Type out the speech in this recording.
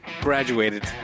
graduated